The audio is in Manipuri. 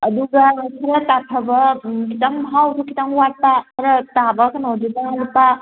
ꯑꯗꯨꯒ ꯈꯔ ꯇꯥꯊꯕ ꯈꯤꯇꯪ ꯃꯍꯥꯎꯗꯨ ꯈꯤꯇꯪ ꯋꯥꯠꯄ ꯈꯔ ꯇꯥꯕ ꯀꯩꯅꯣꯗꯨꯅ ꯂꯨꯄꯥ